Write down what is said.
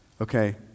Okay